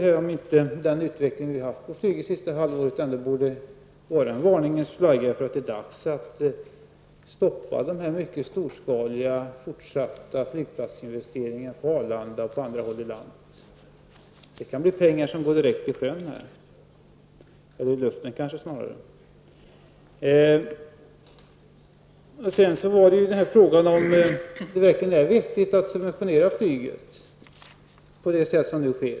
Borde inte den utveckling som skett inom flyget det senaste halvåret utgöra en varningens flagga som ger signal om att det är dags att stoppa denna storskaliga fortsatta flygplatsinvesteringen på Arlanda och andra håll i landet? De pengarna kan gå direkt i sjön, eller snarare försvinna i tomma luften. Är det verkligen vettigt att subventionera flyget på det sätt som nu sker?